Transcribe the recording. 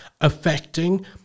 affecting